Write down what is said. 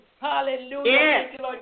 hallelujah